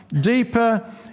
deeper